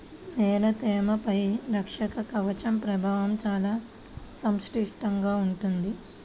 నేల తేమపై రక్షక కవచం ప్రభావం చాలా సంక్లిష్టంగా ఉంటుంది